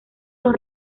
los